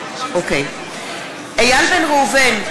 איל בן ראובן,